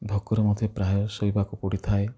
ଭୋକରେ ମୋତେ ପ୍ରାୟ ଶୋଇବାକୁ ପଡ଼ିଥାଏ